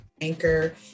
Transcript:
anchor